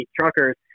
truckers